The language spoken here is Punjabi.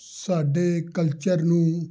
ਸਾਡੇ ਕਲਚਰ ਨੂੰ